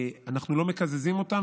אנחנו לא מקזזים אותם,